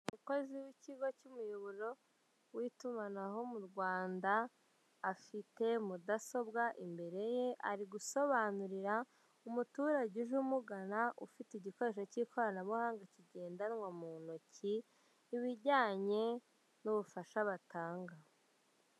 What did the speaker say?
Umukozi w'ikigo cy'umuyoboro w'itumanaho mu Rwanda afite mudasobwa imbere ye ari gusobanurira umuturage uje umugana ufite igikoresho k'ikoranabuhanga kigendanwa mu ntoki ku bijyanye n'ubufasha batanga.